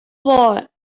for